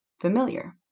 familiar